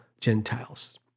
Gentiles